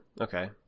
Okay